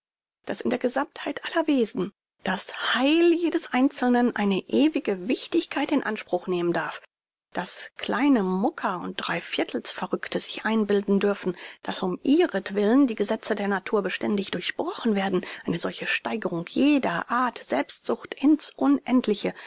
daß in der gesammtheit aller wesen das heil jedes einzelnen eine ewige wichtigkeit in anspruch nehmen darf daß kleine mucker und dreiviertels verrückte sich einbilden dürfen daß um ihretwillen die gesetze der natur beständig durchbrochen werden eine solche steigerung jeder art selbstsucht in's unendliche